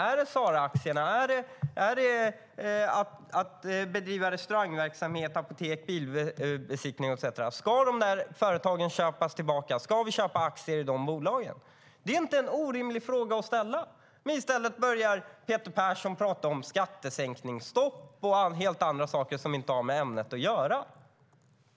Är det Saraaktierna? Är det att bedriva restaurangverksamhet, apotek, bilbesiktning etcetera? Ska de där företagen köpas tillbaka? Ska vi köpa aktier i de bolagen? Det är inte orimliga frågor att ställa. I stället börjar Peter Persson prata om skattesänkningsstopp och andra saker som inte har med ämnet att göra.